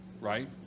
right